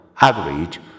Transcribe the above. average